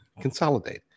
Consolidate